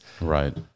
Right